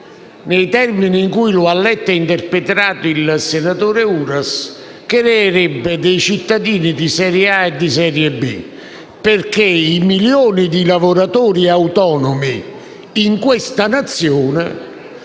nei termini in cui l'ha letto e interpretato il senatore Uras, creerebbe cittadini di serie A e cittadini di serie B. Infatti, i milioni di lavoratori autonomi in questa Nazione